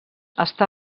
està